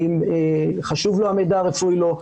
האם חשוב לו המידע הרפואי או לא,